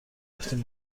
رفتیم